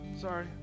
sorry